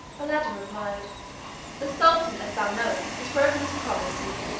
aladdin replied the sultan, as thou knowest, has broken his promise to me,